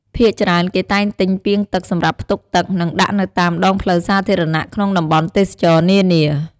ភាគច្រើនគេតែងទិញពាងទឹកសម្រាប់ផ្ទុកទឹក និងដាក់នៅតាមដងផ្លូវសាធារណៈក្នុងតំបន់ទេសចរណ៍នានា។